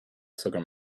soccer